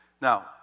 Now